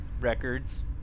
Records